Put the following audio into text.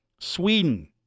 Sweden